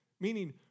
Meaning